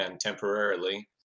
temporarily